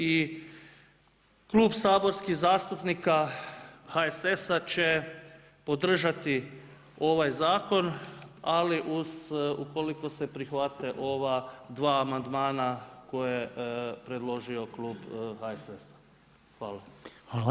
I klub saborskih zastupnika HSS-a će podržati ovaj zakon ali uz, ukoliko se prihvate ova dva amandmana koje je predložio klub HSS-a.